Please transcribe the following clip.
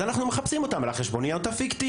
אז אנחנו מחפשים אותם על החשבוניות הפיקטיביות.